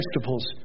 vegetables